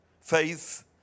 faith